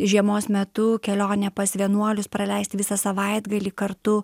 žiemos metu kelionė pas vienuolius praleisti visą savaitgalį kartu